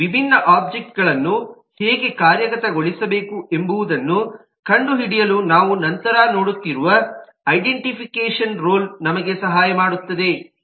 ಈ ವಿಭಿನ್ನ ಒಬ್ಜೆಕ್ಟ್ಗಳನ್ನು ಹೇಗೆ ಕಾರ್ಯಗತಗೊಳಿಸಬೇಕು ಎಂಬುದನ್ನು ಕಂಡುಹಿಡಿಯಲು ನಾವು ನಂತರ ನೋಡುತ್ತಿರುವ ಐಡೆಂಟಿಫಿಕೇಷನ್ ರೋಲ್ ನಮಗೆ ಸಹಾಯ ಮಾಡುತ್ತದೆ